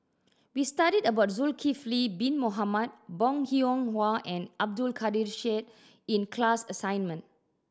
we studied about Zulkifli Bin Mohamed Bong Hiong Hwa and Abdul Kadir Syed in the class assignment